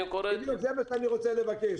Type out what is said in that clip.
זה מה שאני רוצה לבקש.